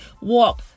walk